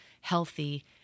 healthy